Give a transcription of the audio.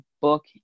book